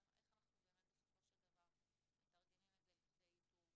אז איך אנחנו באמת בסופו של דבר מתרגמים את זה לכדי איתור